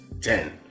Ten